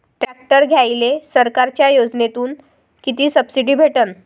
Tractor घ्यायले सरकारच्या योजनेतून किती सबसिडी भेटन?